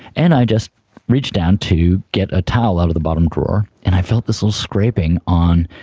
and i just reached down to get a towel out of the bottom drawer and i felt this little scraping on,